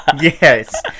Yes